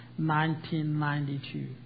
1992